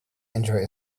enjoy